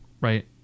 right